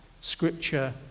scripture